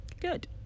Good